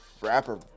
rapper